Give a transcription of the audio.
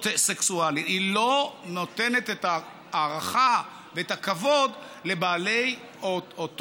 היא לא נותנת את ההערכה ואת הכבוד לבני אותו